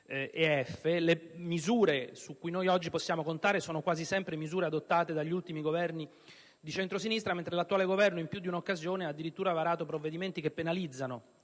Le misure su cui possiamo contare sono state quasi sempre adottate dagli ultimi Governi di centrosinistra, mentre l'attuale Governo, in più di un'occasione, ha addirittura varato provvedimenti che penalizzano